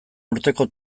urteko